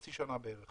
לחצי שנה בערך